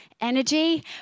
energy